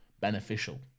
beneficial